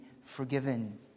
forgiven